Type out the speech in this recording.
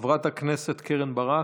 חברת הכנסת קרן ברק,